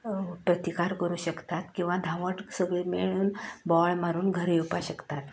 प्रतिकार करूं शकतात किंवा धांवत सगळीं मेळून बोवाळ मारून घर येवपाक शकता